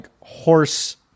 horse